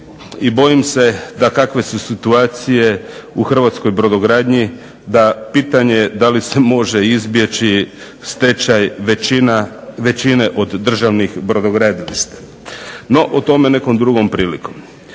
I bojim se da kakve su situacije u hrvatskoj brodogradnji da pitanje je da li se može izbjeći stečaj većine od državnih brodogradilišta. No, o tome nekom drugom prilikom.